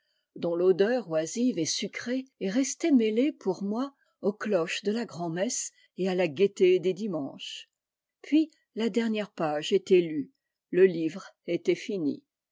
dont l'odeur oisive et sucrée est restée mêlée pour moi aux cloches de lagrand'messe et à la gaieté des dimanches puis la dernière page était lue le livre était fini